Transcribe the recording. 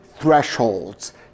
thresholds